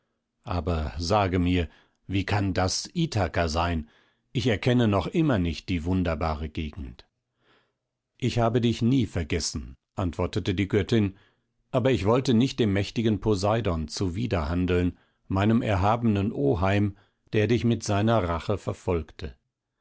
aber sage mir wie kann das ithaka sein ich erkenne noch immer nicht die wunderbare gegend ich habe dich nie vergessen antwortete die göttin aber ich wollte nicht dem mächtigen poseidon zuwider handeln meinem erhabenen oheim der dich mit seiner rache verfolgte